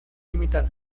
ltd